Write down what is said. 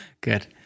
Good